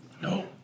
No